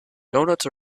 doughnuts